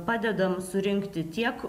padedam surinkti tiek